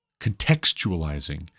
contextualizing